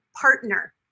partner